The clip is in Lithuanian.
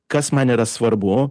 kas man yra svarbu